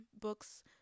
books